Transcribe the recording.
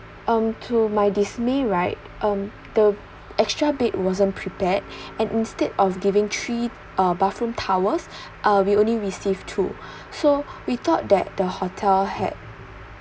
um to my dismay right um the extra bed wasn't prepared and instead of giving three bathroom towels uh we only receive two so we thought that the hotel had